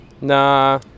Nah